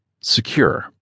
Secure